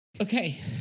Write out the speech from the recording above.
okay